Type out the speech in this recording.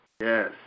yes